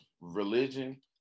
religion